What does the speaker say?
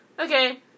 Okay